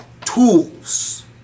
tools